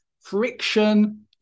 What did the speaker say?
friction